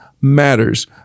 Matters